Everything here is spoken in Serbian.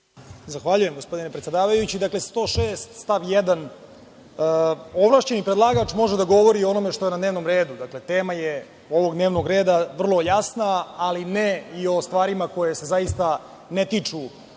Zahvaljujem, gospodine predsedavajući. Član 106. stav 1 – ovlašćeni predlagač može da govori o onome što je na dnevnom redu. Dakle, tema ovog dnevnog reda je vrlo jasna, ali ne i o stvarima koje se zaista ne tiču